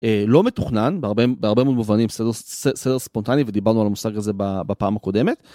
לא מתוכנן בהרבה מאוד מובנים סדר ספונטני ודיברנו על המושג הזה בפעם הקודמת.